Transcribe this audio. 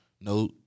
no